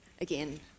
Again